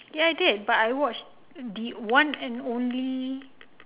ya I did but I watched the one and only